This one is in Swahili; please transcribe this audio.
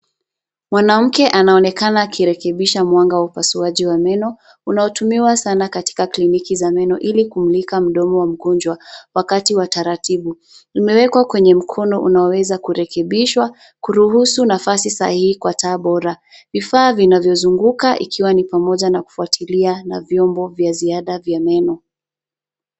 Mwanamke anaonekana akirekebisha mwanga wa upasuaji wa meno unaotumiwa sana katika kliniki za meno ili kumulika mdomo wa mgonjwa wakati wa taratibu. Imewekwa kwenye mkono unaoeza kurekebishwa kuruhusu nafasi sahihi kwa taa bora. Vifaa vinavyozunguka ikiwa ni pamoja na kufwatilia na viumbo vya ziada vya meno.